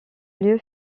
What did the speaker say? lieu